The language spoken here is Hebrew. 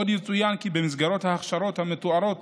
עוד יצוין כי במסגרת ההכשרות המתוארות